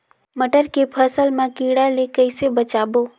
मटर के फसल मा कीड़ा ले कइसे बचाबो?